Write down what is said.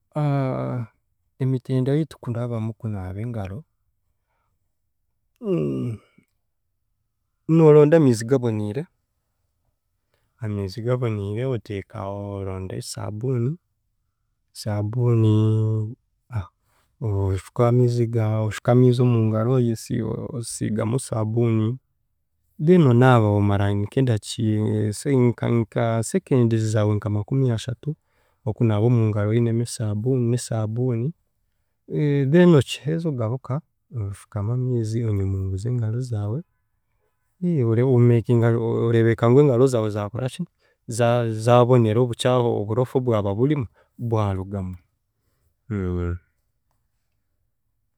emitendera yitukurabamu kunaaba engaro, nooronda amiizi gaboniire, amiizi gaboniire oteeka oronda esaabuni esaabuni oshuka amiizi gaawe oshuka amiizi omu ngaro osiigamu saabuni, then onaaba omara nk’endaki se- nka- nka- seconds zaawe nka makumyashatu okunaaba omu ngaro oinemu esaabuni n'esaabundi then okiheza ogaruka oshukamu amiizi omunyunguza engaro zaawe, omekinga ore- oreebeka ngu engaro zaawe zaakoraki za- zaabonera obukya oburofa obwa burimu bwarugamu